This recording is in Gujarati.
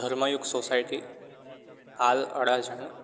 ધર્મયુગ સોસાયટી પાલ અડાજણ